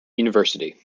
university